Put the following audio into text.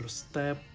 step